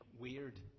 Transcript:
weird